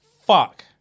fuck